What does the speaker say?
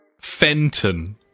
Fenton